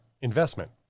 investment